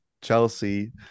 Chelsea